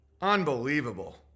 Unbelievable